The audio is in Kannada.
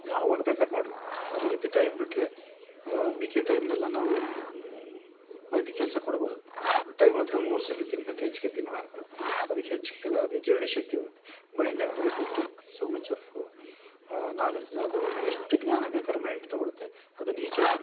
ಯಾವಾಗ ಬೇಕಾರ್ ಮಾಡ್ಬೌದು ಮಲಗಿದ್ದ ಟೈಮ್ ಬಿಟ್ಟರೆ ಮಿಕ್ಕಿದ್ದ ಟೈಮ್ನ್ನೆಲ್ಲ ನಾವು ಮೈಂಡಿಗೆ ಕೆಲಸ ಕೊಡ್ಬೌದು ಹೊಟ್ಟೆಗೆ ಮಾತ್ರ ಮೂರು ಸಲ ತಿನ್ನಬೇಕು ಹೆಚ್ಚಿಗೆ ತಿನ್ಬಾರ್ದು ಅದಿಕ್ಕೆ ಹೆಚ್ಚಿಗೆಲ್ಲ ಅದು ಜೀರ್ಣಶಕ್ತಿ ಹೋಗುತ್ತೆ ಮೈಂಡ್ ಅಂದರೆ it will take so much of knowledge ಅದು ಇದು ಎಷ್ಟು ಜ್ಞಾನ ಬೇಕಾರು ಮೈಂಡ್ ತೊಗೊಳುತ್ತೆ ಅದನ್ನ ಈಚೆ ಬಿಡುತ್ತೆ